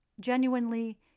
genuinely